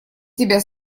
тебя